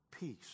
Peace